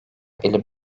elli